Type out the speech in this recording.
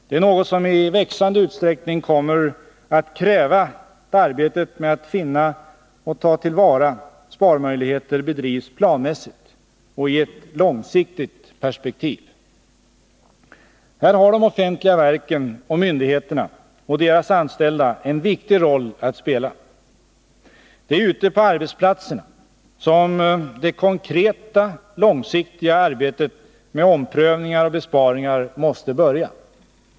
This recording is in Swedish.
Det är något som i växande utsträckning kommer att kräva att arbetet med att finna och ta till vara sparmöjligheter bedrivs planmässigt och i ett långsiktigt perspektiv. Här har de offentliga verken och myndigheterna och deras anställda en viktig roll att spela. Det är ute på arbetsplatserna som det konkreta, långsiktiga arbetet med omprövningar och besparingar måste börja.